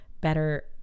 better